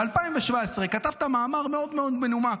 ב-2017 כתבת מאמר מאוד מאוד מנומק,